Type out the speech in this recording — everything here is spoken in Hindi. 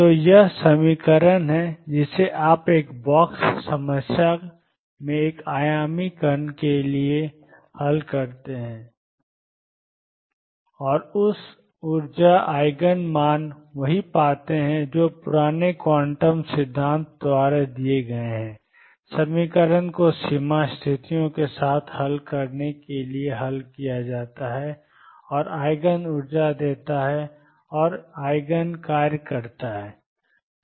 तो यह समीकरण है जिसे आप एक बॉक्स समस्या में एक आयामी कण के लिए हल करते हैं और ऊर्जा आइगन मान वही पाते हैं जो पुराने क्वांटम सिद्धांत द्वारा दिए गए हैं समीकरण को सीमा स्थितियों के साथ हल करने के लिए हल किया जाना है और आइगन ऊर्जा देता है और ईजिन कार्य करता है